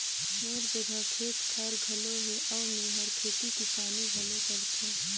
मोर जघा खेत खायर घलो हे अउ मेंहर खेती किसानी घलो करथों